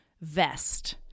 vest